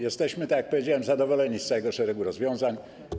Jesteśmy, tak jak powiedziałem, zadowoleni z całego szeregu rozwiązań.